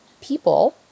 people